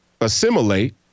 assimilate